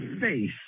face